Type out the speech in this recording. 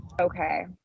Okay